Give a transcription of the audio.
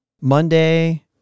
Monday